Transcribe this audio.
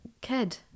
kid